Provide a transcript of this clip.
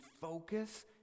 focus